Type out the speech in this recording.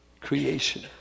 creation